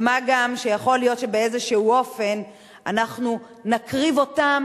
ומה גם שיכול להיות שבאיזה אופן אנחנו נקריב אותם